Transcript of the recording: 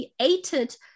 created